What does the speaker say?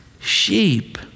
sheep